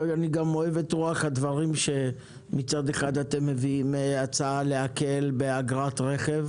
ואני גם אוהב את רוח הדברים שמצד אחד אתם מביאים הצעה להקל באגרת רכב,